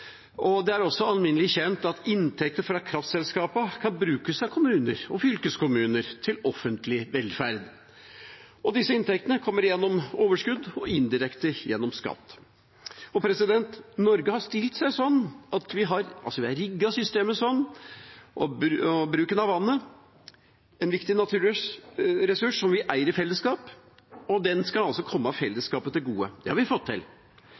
eid. Det er også alminnelig kjent at inntektene fra kraftselskapene skal brukes av kommuner og fylkeskommuner til offentlig velferd. Disse inntektene kommer gjennom overskudd og indirekte gjennom skatt. Norge har rigget systemet slik at bruken av vannet, en viktig naturressurs som vi eier i fellesskap, skal komme fellesskapet til gode. Det har vi fått til.